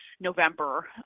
November